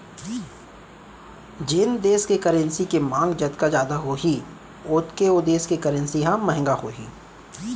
जेन देस के करेंसी के मांग जतका जादा होही ओतके ओ देस के करेंसी ह महंगा होही